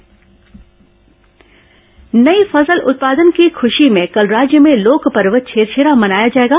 छेरछेरा पर्व नई फसल उत्पादन की खुशी में कल राज्य में लोकपर्व छेरछेरा मनाया जाएगा